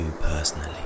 personally